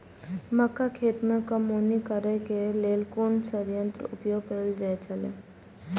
मक्का खेत में कमौनी करेय केय लेल कुन संयंत्र उपयोग कैल जाए छल?